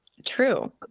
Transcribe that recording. true